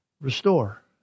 restore